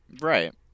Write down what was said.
Right